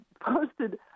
posted